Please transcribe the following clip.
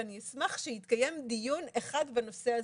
ואני אשמח שיתקיים דיון אחד בנושא הזה.